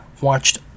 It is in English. watched